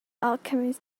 alchemist